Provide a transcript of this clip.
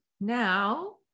now